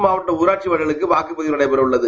மாவட்ட ஊராட்சிவார்டுகளுக்குவாக்கப்பதிவு நடைபெறஉள்ளது